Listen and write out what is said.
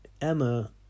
Emma